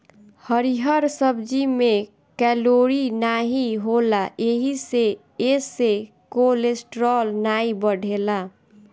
हरिहर सब्जी में कैलोरी नाही होला एही से एसे कोलेस्ट्राल नाई बढ़ेला